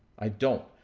i don't.